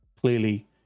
clearly